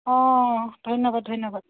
অঁ ধন্যবাদ ধন্যবাদ